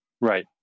Right